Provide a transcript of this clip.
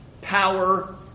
power